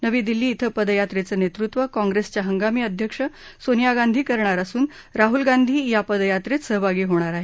नवी दिल्ली इथं पदयात्रेचं नेतृत्व काँग्रेसच्या हंगामी अध्यक्ष सोनिया गांधी करणार असून राहूल गांधी या पदयात्रेत सहभागी होणार आहेत